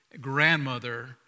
grandmother